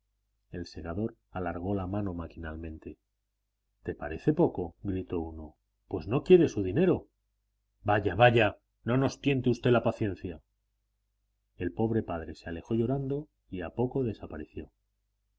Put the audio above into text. el segador alargó la mano maquinalmente te parece poco gritó uno pues no quiere su dinero vaya vaya no nos tiente usted la paciencia el pobre padre se alejó llorando y a poco desapareció